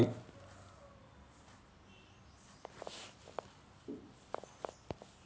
UPI ఎట్లా create చేసుకోవాలి?